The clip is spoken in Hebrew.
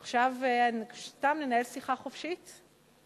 עכשיו, סתם ננהל שיחה חופשית?